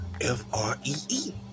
F-R-E-E